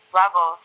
level